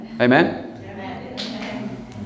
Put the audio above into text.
Amen